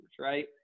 right